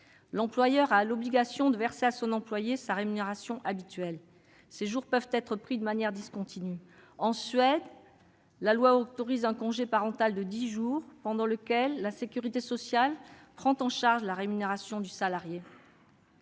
L'employeur a l'obligation de verser à son employé sa rémunération habituelle. Ces jours peuvent être pris de manière discontinue. En Suède, la loi autorise un congé parental de dix jours pendant lequel la sécurité sociale prend en charge la rémunération du salarié.